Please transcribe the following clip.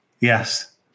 Yes